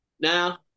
Now